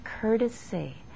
courtesy